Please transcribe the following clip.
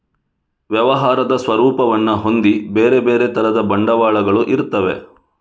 ವ್ಯವಹಾರದ ಸ್ವರೂಪವನ್ನ ಹೊಂದಿ ಬೇರೆ ಬೇರೆ ತರದ ಬಂಡವಾಳಗಳು ಇರ್ತವೆ